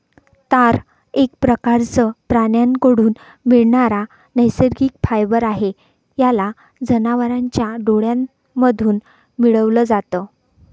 तार एक प्रकारचं प्राण्यांकडून मिळणारा नैसर्गिक फायबर आहे, याला जनावरांच्या डोळ्यांमधून मिळवल जात